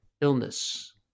illness